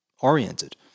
oriented